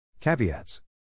Caveats